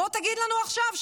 בוא תגיד לנו עכשיו,